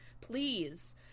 please